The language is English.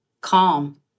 calm